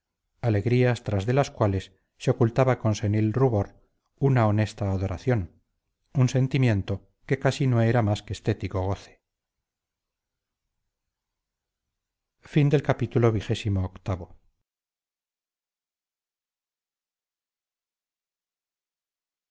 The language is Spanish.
alegrías tras de las cuales se ocultaba con senil rubor una honesta adoración un sentimiento que casi no era más que estético goce